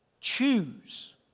Choose